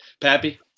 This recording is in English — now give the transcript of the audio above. Pappy